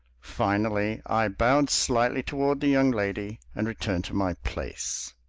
finally i bowed slightly toward the young lady and returned to my place.